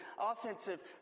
offensive